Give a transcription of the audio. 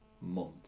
month